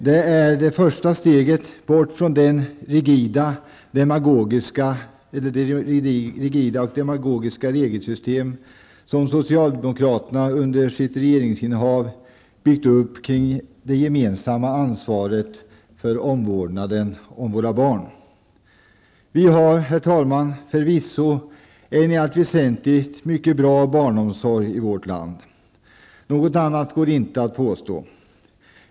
Det är det första steget bort från det rigida och dogmatiska regelsystem som socialdemokraterna under sitt regeringsinnehav byggt upp kring det gemensamma ansvaret för omvårdnaden av våra barn. Vi har, herr talman, förvisso en i allt väsentligt mycket bra barnomsorg i vårt land. Något annat går inte att påstå.